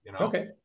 Okay